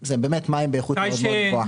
אלה באמת מים באיכות מאוד מאוד גבוהה.